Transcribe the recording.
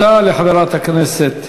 תודה לחברת הכנסת